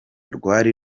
rwari